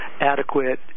adequate